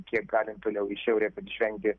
kiek galim toliau į šiaurę kad išvengti